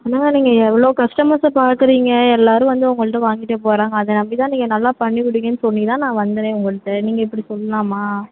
என்னங்க நீங்கள் எவ்வளோ கஸ்டமர்ஸை பார்க்குறீங்க எல்லாரும் வந்து உங்கள்கிட்ட வாங்கிட்டு போறாங்க அதை நம்பிதான் நீங்கள் நல்லா பண்ணிக்கொடுப்பீங்கன்னு சொல்லிதான் நான் வந்தனே உங்கள்கிட்ட நீங்கள் இப்படி சொல்லலாமா